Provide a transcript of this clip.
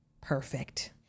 perfect